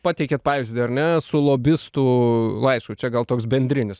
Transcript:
pateikėt pavyzdį ar ne su lobistų laišku čia gal toks bendrinis